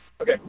Okay